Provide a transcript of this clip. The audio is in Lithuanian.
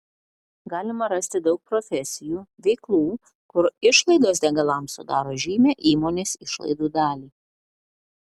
galima rasti daug profesijų veiklų kur išlaidos degalams sudaro žymią įmonės išlaidų dalį